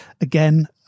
again